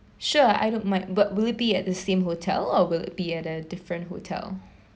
sure I don't mind but will it be at the same hotel or will be at a different hotel